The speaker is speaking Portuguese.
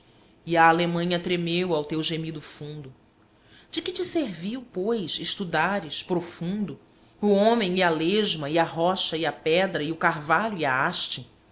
a alemanha tremeu ao teu gemido fundo de que te serviu pois estudares profundo o homem e a lesma e a rocha e a pedra e o carvalho e a haste